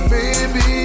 Baby